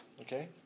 Okay